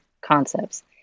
concepts